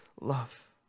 love